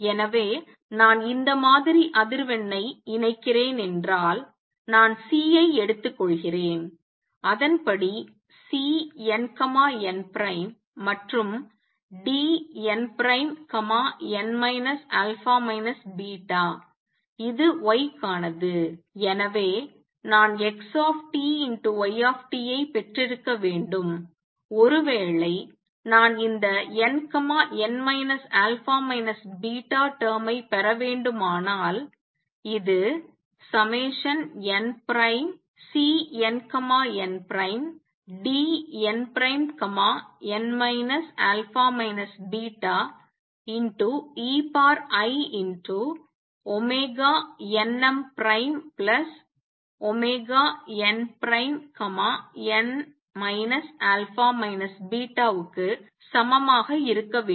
எனவே நான் இந்த மாதிரி அதிர்வெண்ணை இணைக்கிறேன் என்றால் நான் C ஐ எடுத்துக் கொள்கிறேன் அதன்படி Cnn மற்றும் Dnn α β இது y க்கானது எனவே நான் X Y ஐ பெற்றிருக்க வேண்டும் ஒருவேளை நான் இந்த nn α β term ஐ பெறவேண்டுமானால் இது nCnnDnn α βeinnnn α βக்கு சமமாக இருக்க வேண்டும்